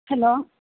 hello